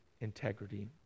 integrity